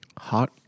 Hot